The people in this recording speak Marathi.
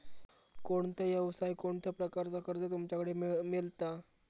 कोणत्या यवसाय कोणत्या प्रकारचा कर्ज तुमच्याकडे मेलता?